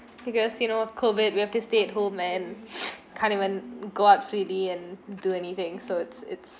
because you know COVID we have to stay at home and can't even go out freely and do anything so it's it's